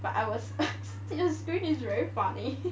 but I was still this screen is very funny